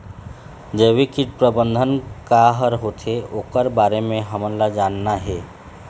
जैविक कीट प्रबंधन का हर होथे ओकर बारे मे हमन ला जानना हे?